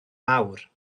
mawr